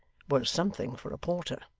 was something for a porter.